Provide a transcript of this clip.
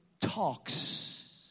Talks